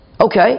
Okay